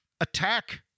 Attack